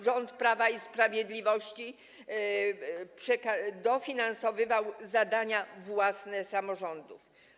rząd Prawa i Sprawiedliwości dofinansowywał zadania własne samorządów.